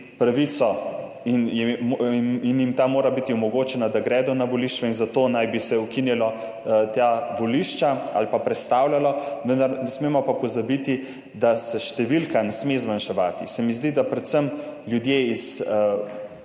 in jim mora biti ta omogočena, da gredo na volišča in zato naj bi se ukinilo ta volišča ali pa prestavljalo, vendar ne smemo pozabiti, da se številka ne sme zmanjševati. Zdi se mi, da morajo imeti